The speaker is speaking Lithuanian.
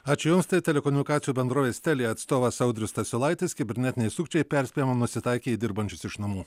ačiū jums tai telekomunikacijų bendrovės telia atstovas audrius stasiulaitis kibernetiniai sukčiai perspėjama nusitaikė į dirbančius iš namų